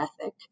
ethic